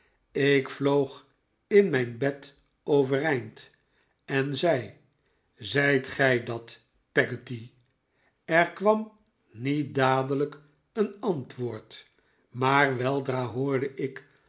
ik vloog in mijn bed overeind en zei zijt gij dat peggotty er kwam niet dadelijk een antwoord maar weldra hoorde ik